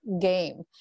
game